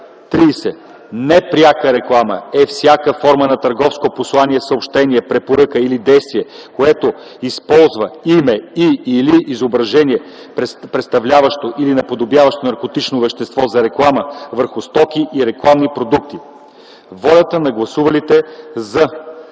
„30. „Непряка реклама” е всяка форма на търговско послание, съобщение, препоръка или действие, която използва име и/или изображение, представляващо или наподобяващо наркотично вещество, за реклама върху стоки и рекламни продукти.” Волята на гласувалите „за”